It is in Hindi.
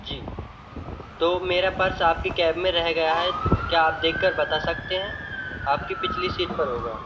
जी तो मेरा पर्स आपकी कैब में रह गया है क्या आप देख कर बता सकते हैं आपकी पिछली सीट पर होगा